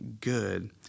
good